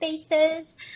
spaces